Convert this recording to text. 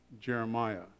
Jeremiah